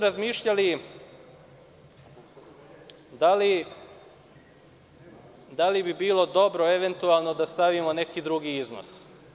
Razmišljali smo da li bi bilo dobro eventualno da stavimo neki drugi iznos.